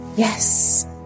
Yes